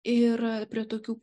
ir prie tokių